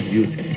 Music